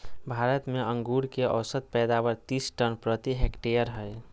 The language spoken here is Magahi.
भारत में अंगूर के औसत पैदावार तीस टन प्रति हेक्टेयर हइ